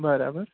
બરાબર